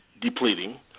depleting